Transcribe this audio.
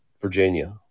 Virginia